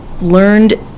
learned